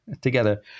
together